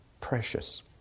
precious